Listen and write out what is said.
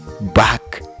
back